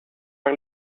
par